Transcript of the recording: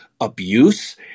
abuse